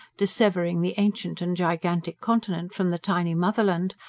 dissevering the ancient and gigantic continent from the tiny motherland,